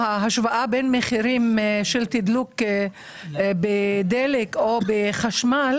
שההשוואה בין מחירים של תדלוק בדלק או בחשמל,